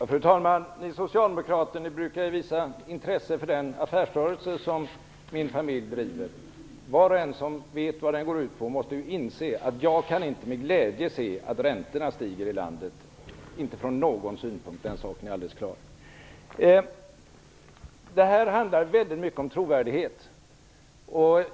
Fru talman! Ni socialdemokrater brukar ju visa intresse för den affärsrörelse som min familj driver. Var och en som vet vad den går ut på måste inse att jag inte med glädje kan se att räntorna i landet stiger, inte från någon synpunkt. Den saken är helt klar. Det här handlar väldigt mycket om trovärdighet.